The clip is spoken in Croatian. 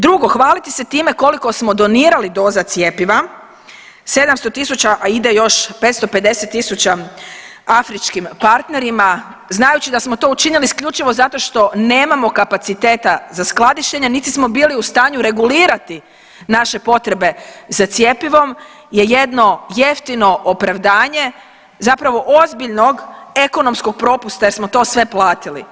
Drugo, hvaliti se time koliko smo donirali doza cjepiva 700.000, a ide još 550.000 afričkim partnerima znajući da smo to učinili isključivo zato što nemamo kapaciteta za skladištenje, niti smo bili u stanju regulirati naše potrebe za cjepivom je jedno jeftino opravdanje zapravo ozbiljnog ekonomskog propusta jer smo to sve platili.